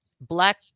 Black